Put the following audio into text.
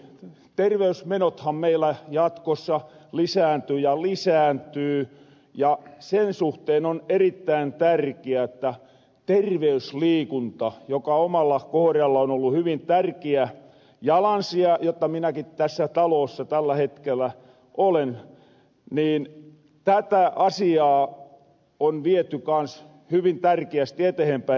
terveysmenothan meillä jatkossa lisääntyy ja lisääntyy ja sen suhteen on erittäin tärkiää että terveysliikuntaa joka omalla kohralla on ollu hyvin tärkiä jalansija jotta minäkin tässä talossa tällä hetkellä olen tätä asiaa on viety kans hyvin tärkiästi etehenpäin